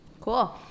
Cool